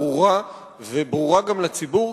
ברורה וברורה גם לציבור,